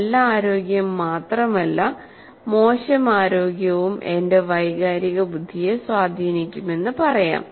നല്ല ആരോഗ്യം മാത്രമല്ല മോശം ആരോഗ്യവും എന്റെ വൈകാരിക ബുദ്ധിയെ സ്വാധീനിക്കുമെന്ന് പറയാം